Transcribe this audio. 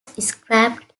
scrapped